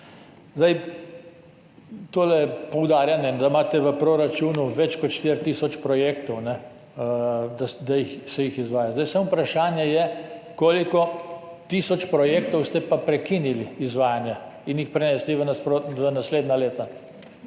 Tole poudarjanje, da imate v proračunu več kot 4 tisoč projektov, da se jih izvaja. Vprašanje je, za koliko tisoč projektov ste pa prekinili izvajanje in jih prenesli v naslednja leta.